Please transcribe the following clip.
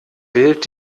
wählt